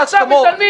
יש הסכמות.